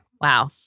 Wow